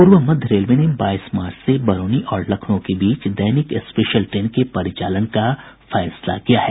पूर्व मध्य रेलवे ने बाईस मार्च से बरौनी और लखनऊ के बीच दैनिक स्पेशल ट्रेन के परिचालन का फैसला किया है